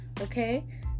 okay